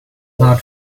hard